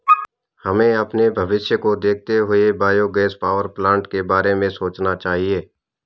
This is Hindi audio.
हमें अपने भविष्य को देखते हुए बायोगैस पावरप्लांट के बारे में सोचना चाहिए